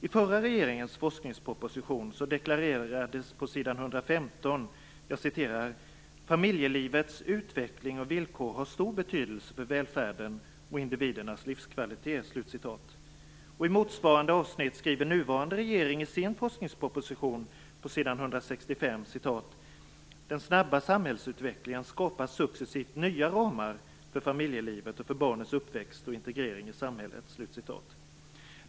I förra regeringens forskningsproposition deklareras på s. 115: "Familjelivets utveckling och villkor har stor betydelse för välfärden och individernas livskvalitet." I motsvarande avsnitt skriver nuvarande regering på s. 165 i sin forskningsproposition: "Den snabba samhällsutvecklingen skapar successivt nya ramar för familjelivet och för barnens uppväxt och integrering i samhället."